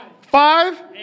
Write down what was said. Five